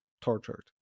Tortured